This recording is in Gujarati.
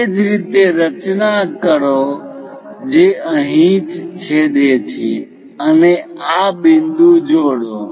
એ જ રીતે રચના કરો જે અહીં જ છેદે છે અને આ બિંદુ જોડો